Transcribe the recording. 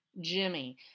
Jimmy